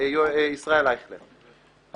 הכנסת ישראל אייכלר, בבקשה.